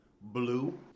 blue